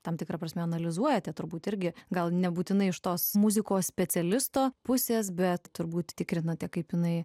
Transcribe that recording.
tam tikra prasme analizuojate turbūt irgi gal nebūtinai iš tos muzikos specialisto pusės bet turbūt tikrinate kaip jinai